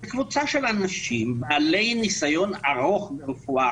קבוצה של אנשים בעלי ניסיון ארוך ברפואה,